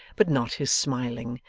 but not his smiling,